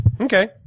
Okay